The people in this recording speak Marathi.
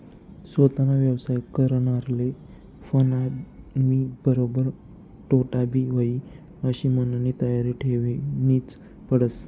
सोताना व्यवसाय करनारले नफानीबरोबर तोटाबी व्हयी आशी मननी तयारी ठेवनीच पडस